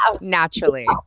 Naturally